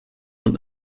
und